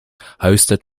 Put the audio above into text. hosted